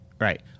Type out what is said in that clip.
Right